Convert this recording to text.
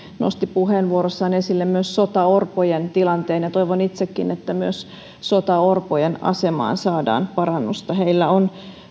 nosti puheenvuorossaan esille myös sotaorpojen tilanteen ja toivon itsekin että myös sotaorpojen asemaan saadaan parannusta heillä on